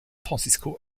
francisco